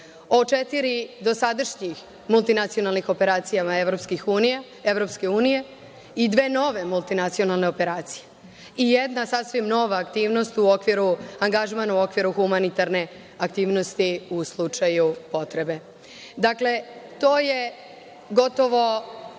O četiri dosadašnje multinacionalne operacije EU i dve nove multinacionalne operacije i jedna sasvim nova aktivnost – angažman u okviru humanitarne aktivnosti u slučaju potrebe. Dakle, to je gotovo